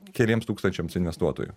keliems tūkstančiams investuotojų